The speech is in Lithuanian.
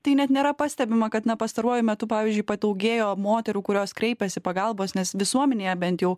tai net nėra pastebima kad na pastaruoju metu pavyzdžiui padaugėjo moterų kurios kreipiasi pagalbos nes visuomenėje bent jau